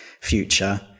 future